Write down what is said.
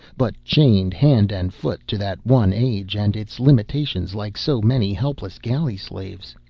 but chained hand and foot to that one age and its limitations like so many helpless galley-slaves!